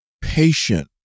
patient